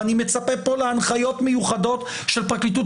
ואני מצפה פה להנחיות מיוחדות של פרקליטות